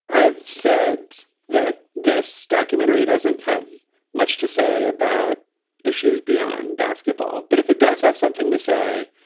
i've said that this documentary doesn't have much to say about issues beyond basketball. but if it does have something to say.